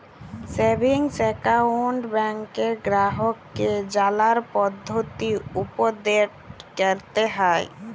savings account ব্যাংকে গ্রাহককে জালার পদ্ধতি উপদেট ক্যরতে হ্যয়